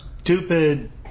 Stupid